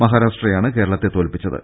മഹാരാഷ്ട്രയാണ് കേരളത്തെ തോൽപ്പി ച്ചത്